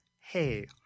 hey